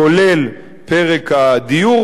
כולל פרק הדיור,